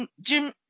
Jim